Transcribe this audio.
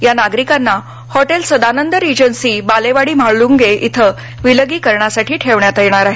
या नागरिकांना hotel Sadanand regency Balewadi Mhalunge धिं विलगीकरणात ठेवण्यात येणार आहे